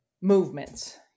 movements